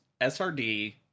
SRD